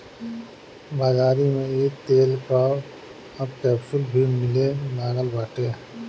बाज़ारी में इ तेल कअ अब कैप्सूल भी मिले लागल बाटे